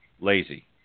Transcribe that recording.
lazy